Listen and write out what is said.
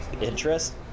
interest